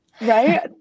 Right